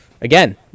again